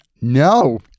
no